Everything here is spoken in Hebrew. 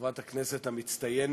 חברת הכנסת המצטיינת